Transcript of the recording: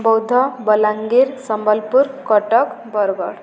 Boudh Balangir Sambalpur Cuttack Bargarh